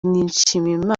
nshimiyimana